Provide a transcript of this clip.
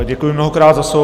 Děkuji mnohokrát za slovo.